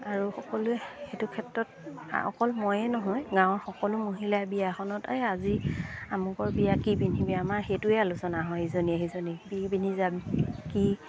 আৰু সকলোৱে সেইটো ক্ষেত্ৰত অকল ময়ে নহয় গাঁৱৰ সকলো মহিলাই বিয়াখনত এই আজি আমুকৰ বিয়া কি পিন্ধিবি আমাৰ সেইটোৱে আলোচনা হয় ইজনীয়ে সিজনী কি পিন্ধি যাম কি